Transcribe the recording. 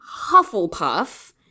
Hufflepuff